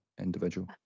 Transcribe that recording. individual